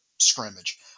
Scrimmage